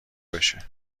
بشه